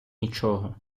нічого